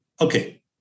okay